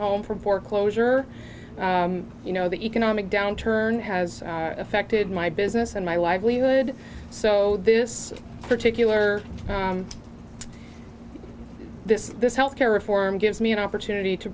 home from foreclosure you know the economic downturn has affected my business and my livelihood so this particular this this health care reform gives me an opportunity to